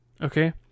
okay